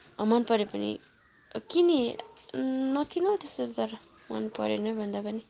मनपरे पनि किनी नकिन हौ त्यस्तो त तर मनपर्यो नै भन्दा पनि